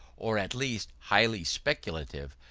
or at least highly speculative,